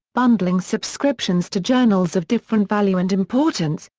bundling subscriptions to journals of different value and importance,